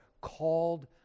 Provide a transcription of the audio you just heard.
called